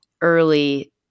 Early